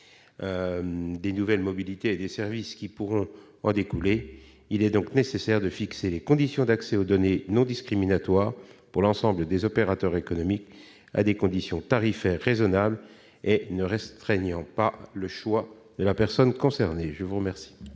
des nouvelles mobilités et des services qui pourront en découler, il est nécessaire de fixer des conditions d'accès aux données non discriminatoires pour l'ensemble des opérateurs économiques, à des conditions tarifaires raisonnables et ne restreignant pas le choix de la personne concernée. La parole